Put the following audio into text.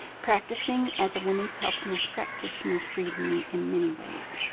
practicing as a woman's health nurse practitioner freed me in many ways.